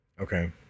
Okay